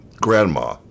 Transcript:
grandma